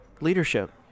leadership